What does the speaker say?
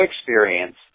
experience